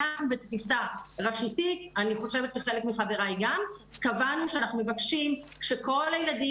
אנחנו בתפיסה רשותית קבענו שאנחנו מבקשים שכל הילדים